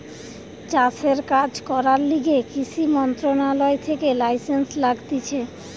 চাষের কাজ করার লিগে কৃষি মন্ত্রণালয় থেকে লাইসেন্স লাগতিছে